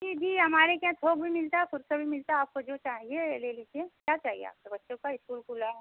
जी जी हमारे यहाँ थोक भी मिलता है फुटक़र भी मिलता है आपको जो चाहिए ले लीजिए क्या चाहिए आपके बच्चों का इस्कूल खुला है